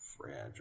Fragile